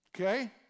Okay